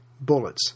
bullets